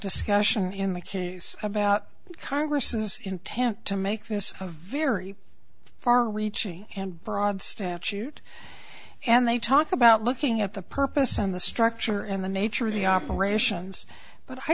discussion in the case about congress's intent to make this a very far reaching and broad statute and they talk about looking at the purpose and the structure and the nature of the operations but i